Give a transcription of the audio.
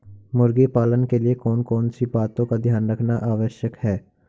मुर्गी पालन के लिए कौन कौन सी बातों का ध्यान रखना आवश्यक है?